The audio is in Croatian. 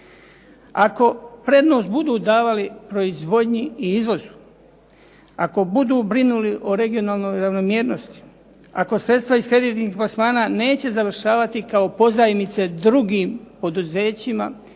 Ako prednost budu davali proizvodnji i izvozu, ako budu brinuli o regionalnoj ravnomjernosti, ako sredstva iz kreditnih plasmana neće završavati kao pozajmice drugim poduzećima,